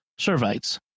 Servites